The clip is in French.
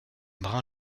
brun